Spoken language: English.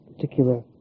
particular